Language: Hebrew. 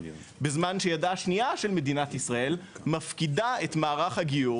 בזמן שידה השנייה של מדינת ישראל מפקידה את מערך הגיור